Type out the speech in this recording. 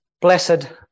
blessed